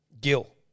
Gil